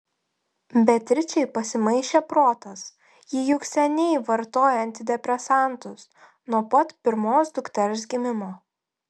beatričei pasimaišė protas ji juk seniai vartoja antidepresantus nuo pat pirmos dukters gimimo